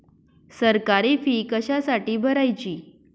सरकारी फी कशासाठी भरायची